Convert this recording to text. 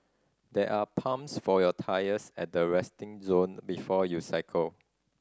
there are pumps for your tyres at the resting zone before you cycle